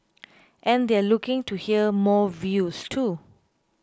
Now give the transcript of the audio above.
and they're looking to hear more views too